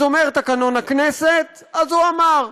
אז אומר תקנון הכנסת, אז הוא אמר.